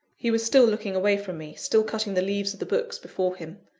he was still looking away from me, still cutting the leaves of the books before him.